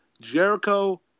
Jericho